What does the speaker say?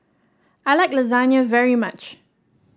I like Lasagne very much